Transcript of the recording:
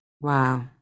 Wow